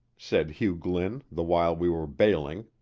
said hugh glynn the while we were bailing.